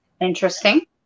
Interesting